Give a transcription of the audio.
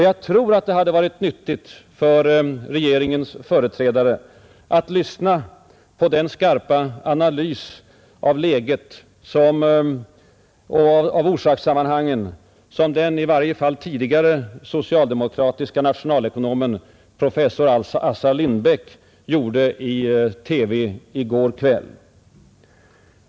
Jag tror att det hade varit nyttigt för regeringens företrädare att lyssna på den skarpa analys av läget och orsakssammanhangen som den i varje fall tidigare socialdemokratiska nationalekonomen professor Assar Lindbeck gjorde i TV i går kväll.